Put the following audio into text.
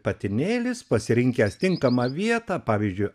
patinėlis pasirinkęs tinkamą vietą pavyzdžiui